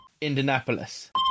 indianapolis